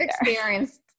experienced